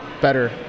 better